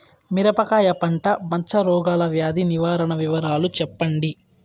మిరపకాయ పంట మచ్చ రోగాల వ్యాధి నివారణ వివరాలు చెప్పండి?